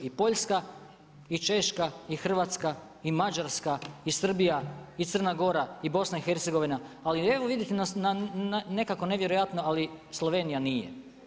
I Poljska i Češka i Hrvatska i Mađarska i Srbija i Crna Gora i BiH, ali evo vidite nekakvo nevjerojatno, ali Slovenija nije.